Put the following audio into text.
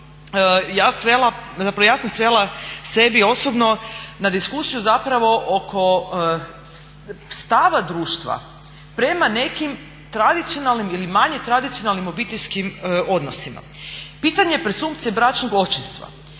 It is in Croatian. ja sam svela sebi osobno na diskusiju zapravo oko stava društva prema nekim tradicionalnim ili manje tradicionalnim obiteljskim odnosima. Pitanje presumpcije bračnog očinstva